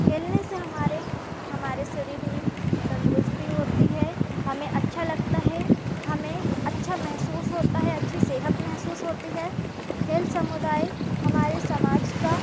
खेलने से हमारे हमारे शरीर में तंदरुस्ती होती है हमें अच्छा लगता है हमें अच्छा महसूस होता है अच्छी सेहत महसूस होती है खेल समुदाय हमारे समाज का